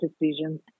decisions